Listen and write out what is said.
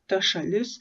ta šalis